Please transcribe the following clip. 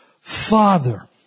Father